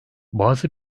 bazı